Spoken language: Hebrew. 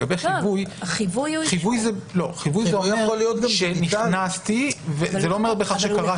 לגבי החיווי חיווי אומר שנכנסתי אבל לא אומר בהכרח שקראתי.